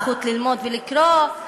הזכות ללמוד ולקרוא,